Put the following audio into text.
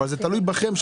אבל זה תלוי בכם.